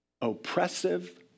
oppressive